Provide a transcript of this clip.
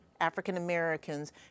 African-Americans